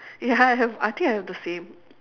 ya I have I think I have the same